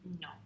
No